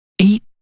eight